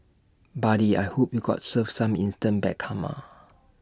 buddy I hope you got served some instant bad karma